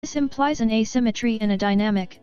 this implies in a symmetry and a dynamic